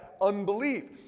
unbelief